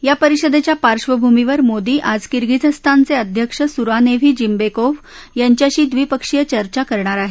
या परिषदेच्या पार्वभूमीवर मोदी आज किर्गिझस्तानचे अध्यक्ष सुरानेव्ही जिन्बेकोव्ह यांच्याशी ड्रीपक्षीय चर्चा करणार आहेत